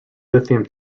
lithium